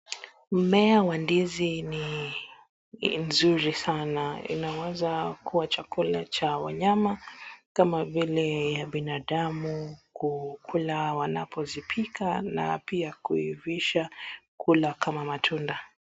Mmea wa ndizi ni mzuri sana inaweza kuwa chakula ya wanyama kama vile ya binadamu kukula wanapozipika na pia kuivisha kula kamaa matunda.